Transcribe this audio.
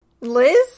Liz